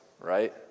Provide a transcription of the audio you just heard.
right